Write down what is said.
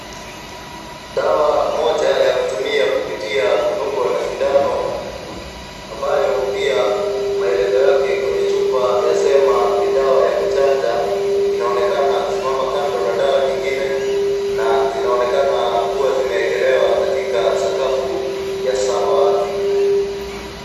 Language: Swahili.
Dawa moja ya kutumia kupitia kudungwa na sindano ambayo pia maelezo yake kwenye chupa yasema ni dawa ya kuchanja inaonekana kusimama kando na dawa nyingine na zinaonekana kuwa zimekelewa katika sakafu ya samawati.